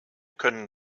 können